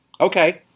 Okay